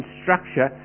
structure